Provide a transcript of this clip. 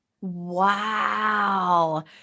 Wow